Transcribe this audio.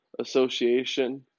Association